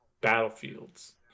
battlefields